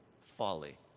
folly